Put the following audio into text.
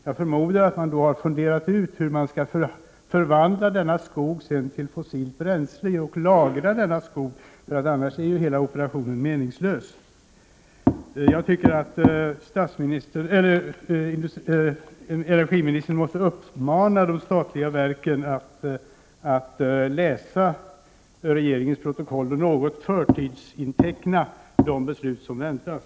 Jag förmodar att man då har funderat ut hur man skall förvandla denna skog till fossilt bränsle och sedan lagra den. Annars är ju hela operationen meningslös. Jag tycker att energiministern skall uppmana de statliga verken att läsa regeringens protokoll och något förtidsinteckna de beslut som väntas.